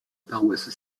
paroisse